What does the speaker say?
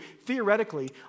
theoretically